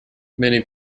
many